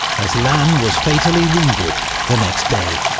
as lannes was fatally wounded the next day.